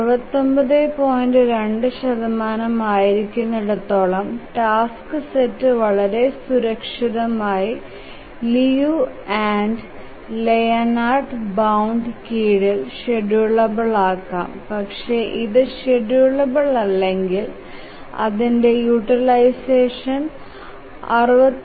2 ആയിരിക്കുന്നിടത്തോളം task set വളരെ സുരക്ഷിതമായി ലിയു ആൻഡ് ലെയ്ലാൻഡ് ബൌണ്ട് കീഴിൽ ഷ്ഡ്യൂളബിൽ ആകാം പക്ഷെ ഇത് ഷ്ഡ്യൂളബിൽ അല്ലെകിൽ അതിന്ടെ യൂട്ടിലൈസഷൻ 69